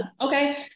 Okay